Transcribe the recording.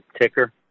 ticker